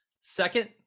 Second